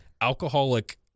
alcoholic